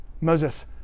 Moses